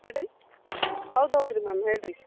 ಹೇಳಿರಿ ಹೌದು ಹೌದು ರಿ ಮ್ಯಾಮ್ ಹೇಳಿರಿ